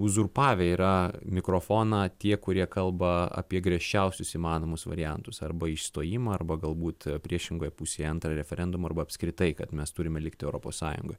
uzurpavę yra mikrofoną tie kurie kalba apie griežčiausius įmanomus variantus arba išstojimą arba galbūt priešingoje pusėje antrą referendumą arba apskritai kad mes turime likti europos sąjungoj